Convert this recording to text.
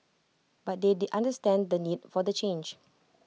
but they the understand the need for the change